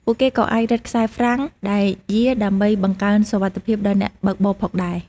ពួកគេក៏អាចរឹតខ្សែហ្រ្វាំងដែលយារដើម្បីបង្កើនសុវត្ថិភាពដល់អ្នកបើកបរផងដែរ។